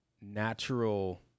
natural